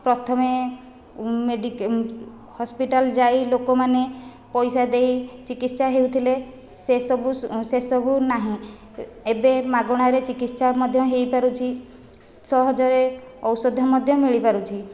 ପ୍ରଥମେ ହସ୍ପିଟାଲ ଯାଇ ଲୋକମାନେ ପଇସା ଦେଇ ଚିକିତ୍ସା ହେଉଥିଲେ ସେ ସବୁ ସେସବୁ ନାହିଁ ଏବେ ମାଗଣାରେ ଚିକିତ୍ସା ମଧ୍ୟ ହୋଇ ପାରୁଛି ସହଜରେ ଔଷଧ ମଧ୍ୟ ମିଳିପାରୁଛି